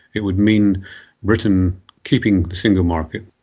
it would mean britain keeping the single market,